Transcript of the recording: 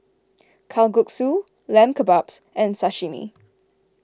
Kalguksu Lamb Kebabs and Sashimi